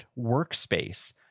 workspace